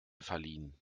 verliehen